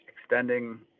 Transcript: extending